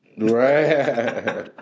Right